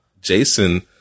Jason